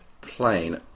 plane